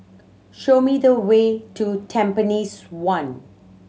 show me the way to Tampines One